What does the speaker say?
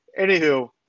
anywho